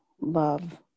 love